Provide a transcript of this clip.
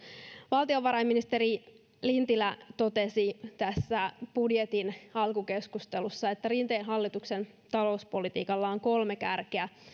valtiovarainministeri lintilä totesi tässä budjetin alkukeskustelussa että rinteen hallituksen talouspolitiikalla on kolme kärkeä